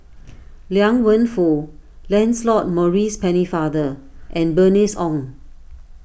Liang Wenfu Lancelot Maurice Pennefather and Bernice Ong